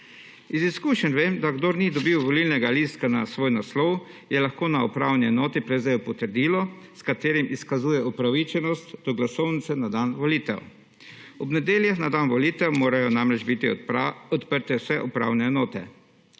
Iz izkušenj vem, da kdor ni dobil volilnega listka na svoj naslov je lahko na upravni enoti prevzel potrdilo, s katerim izkazuje upravičenost do glasovnice na dan volitev. Ob nedeljah na dan volitev morajo namreč biti odprte vse upravne enote.